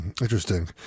Interesting